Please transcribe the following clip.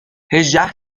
هجده